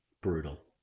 Brutal